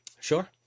sure